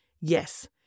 Yes